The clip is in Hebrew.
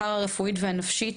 הפרא-רפואית והנפשית.